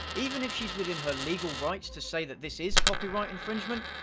even if she's within her legal rights to say that this is copyright infringement,